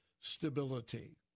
stability